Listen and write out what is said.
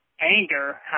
anger